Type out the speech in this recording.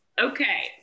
okay